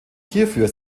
hierfür